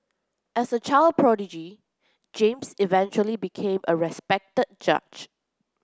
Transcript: as a child prodigy James eventually became a respected judge